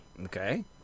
Okay